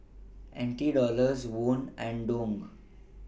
N T Dollars Won and Dong